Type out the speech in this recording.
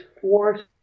four